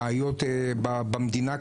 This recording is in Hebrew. הבעיות במדינה קיימות.